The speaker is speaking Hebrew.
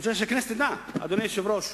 אני רוצה שהכנסת תדע, אדוני היושב-ראש: